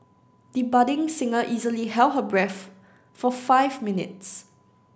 the budding singer easily held her breath for five minutes